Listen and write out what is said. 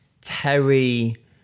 Terry